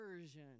version